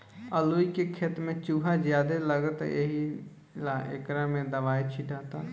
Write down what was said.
अलूइ के खेत में चूहा ज्यादे लगता एहिला एकरा में दवाई छीटाता